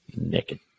Naked